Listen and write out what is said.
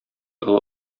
олы